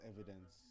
evidence